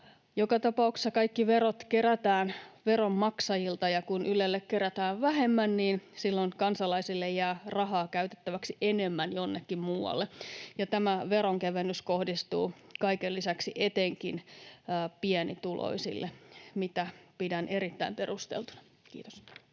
Joka tapauksessa kaikki verot kerätään veronmaksajilta, ja kun Ylelle kerätään vähemmän, niin silloin kansalaisille jää rahaa käytettäväksi enemmän jonnekin muualle, ja tämä veronkevennys kohdistuu kaiken lisäksi etenkin pienituloisille, mitä pidän erittäin perusteltuna. — Kiitos.